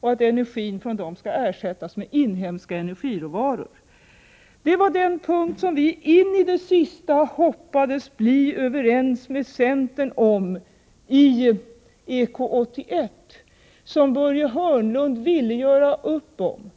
och att energin från dem skall ersättas med inhemska energiråvaror. Det var den punkten som vi i det sista hoppades bli överens med centern omi EK 81, och som Börje Hörnlund ville göra upp om.